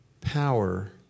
power